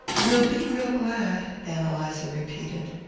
we'll be real glad, ann eliza repeated.